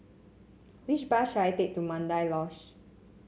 which bus should I take to Mandai Lodge